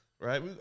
right